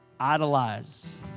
idolize